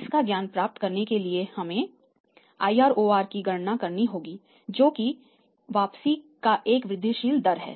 इसका ज्ञान प्राप्त करने के लिए हमे IROR की गणना करनी होगी जो कि वापसी का एक वृद्धिशील दर है